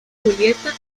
julieta